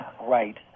Right